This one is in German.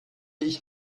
ich